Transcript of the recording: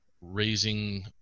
raising